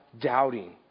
doubting